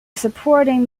supporting